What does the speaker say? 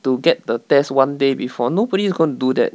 to get the test one day before nobody is going to do that